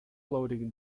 loading